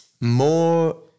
more